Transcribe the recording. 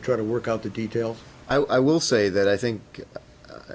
to try to work out the details i will say that i think